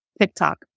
TikTok